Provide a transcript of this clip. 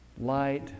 Light